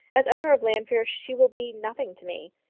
as owner of llanfeare she will be nothing to me.